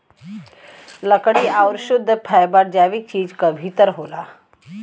लकड़ी आउर शुद्ध फैबर जैविक चीज क भितर होला